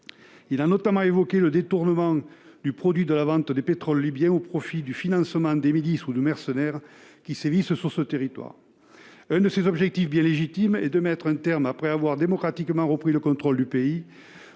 Il a notamment évoqué le détournement du produit de la vente du pétrole libyen au profit du financement de milices ou de mercenaires qui sévissent sur ce territoire. Un de ses objectifs, bien légitime, est de mettre un terme, après avoir démocratiquement repris le contrôle du pays,